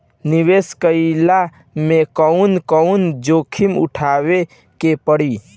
निवेस कईला मे कउन कउन जोखिम उठावे के परि?